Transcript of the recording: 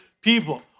people